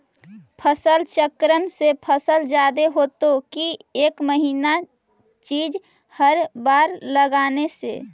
फसल चक्रन से फसल जादे होतै कि एक महिना चिज़ हर बार लगाने से?